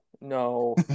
no